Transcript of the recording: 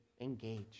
engage